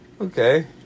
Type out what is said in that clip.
Okay